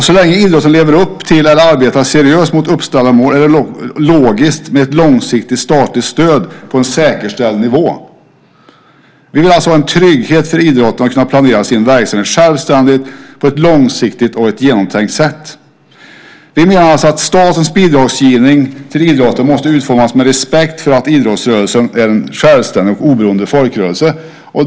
Så länge idrotten lever upp till eller arbetar seriöst i fråga om uppställda mål är det logiskt med ett långsiktigt statligt stöd på en säkerställd nivå. Vi vill alltså ha en trygghet för idrotten att kunna planera sin verksamhet självständigt på ett långsiktigt och genomtänkt sätt. Vi menar alltså att statens bidragsgivning till idrotten måste utformas med respekt för att idrottsrörelsen är en självständig och oberoende folkrörelse.